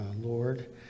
Lord